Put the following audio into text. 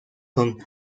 son